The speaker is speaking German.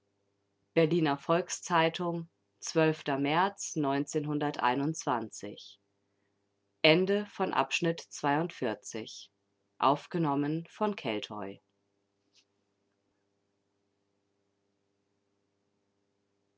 berliner volks-zeitung märz